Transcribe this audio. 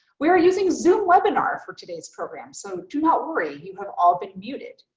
we are using zoom webinar for today's program, so do not worry you have all been muted.